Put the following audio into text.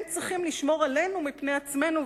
הם צריכים לשמור עלינו מפני עצמנו,